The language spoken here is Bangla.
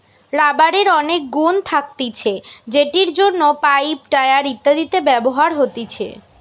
রাবারের অনেক গুন্ থাকতিছে যেটির জন্য পাইপ, টায়র ইত্যাদিতে ব্যবহার হতিছে